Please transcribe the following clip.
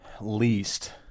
Least